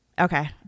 Okay